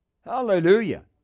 Hallelujah